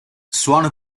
suona